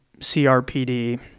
CRPD